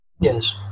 Yes